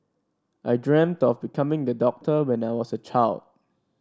I dreamt of becoming the doctor when I was a child